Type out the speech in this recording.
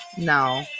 No